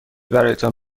برایتان